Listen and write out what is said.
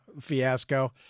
fiasco